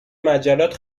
مجلات